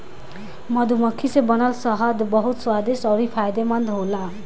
मधुमक्खी से बनल शहद बहुत स्वादिष्ट अउरी फायदामंद होला